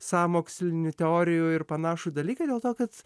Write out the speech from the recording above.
sąmokslinių teorijų ir panašų dalyką dėl to kad